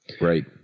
Right